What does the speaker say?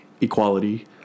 equality